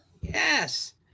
Yes